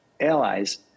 allies